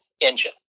engine